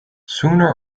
sooner